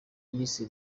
yise